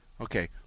Okay